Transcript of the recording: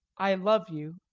i love you.